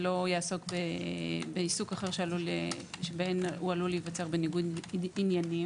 שלא יעסוק בעיסוק אחר שבגינו הוא עלול להיווצר בניגוד עניינים.